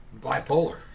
Bipolar